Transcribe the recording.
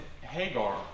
Hagar